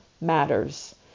matters